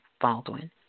Baldwin